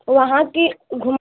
वहाँ की घूम